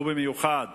ובמיוחד